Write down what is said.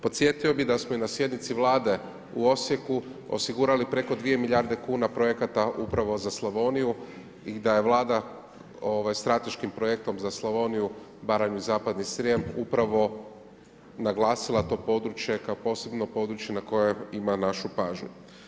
Podsjetio bi da smo i na sjednici Vlade u Osijeku, osigurali preko 2 milijarde kuna projekata upravo za Slavoniju i da je Vlada, strateškim projekta za Slavoniju, Baranju i zapadni Srijem, upravo naglasila to područje, kao posebno područje koje ima našu pažnju.